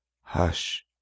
hush